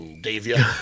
Davia